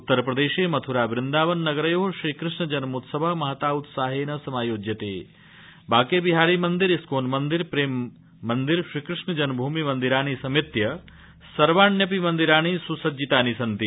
उत्तर प्रदेशे मथ्रा वन्दावन नगरयो श्रीकृष्ण जन्मोत्सव महता उत्साहेन समायोज्यते बाके बिहारी मन्दिर इस्कोन मन्दिर प्रेममन्दिर श्रीकृष्ण जन्मभूमि मन्दिराणि समेत्य सर्वाण्यपि मन्दिराणि स्सज्जितानि सन्ति